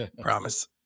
Promise